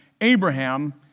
Abraham